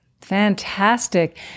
Fantastic